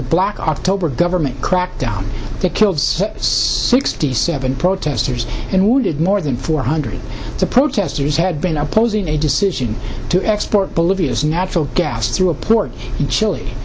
the black october government crackdown that killed sixty seven protesters and wounded more than four hundred protesters had been opposing a decision to export bolivia's natural gas through a port in chile